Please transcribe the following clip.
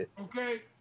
Okay